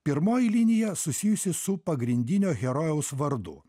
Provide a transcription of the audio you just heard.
pirmoji linija susijusi su pagrindinio herojaus vardu